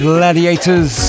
Gladiators